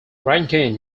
rankin